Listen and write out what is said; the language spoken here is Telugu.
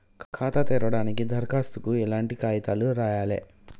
ఖాతా తెరవడానికి దరఖాస్తుకు ఎట్లాంటి కాయితాలు రాయాలే?